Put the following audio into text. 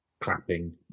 clapping